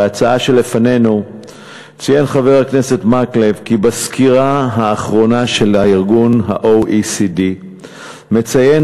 בהצעה שלפנינו ציין חבר הכנסת מקלב כי בסקירה האחרונה של ה-OECD מציין